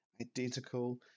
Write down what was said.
identical